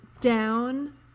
down